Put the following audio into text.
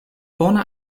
bone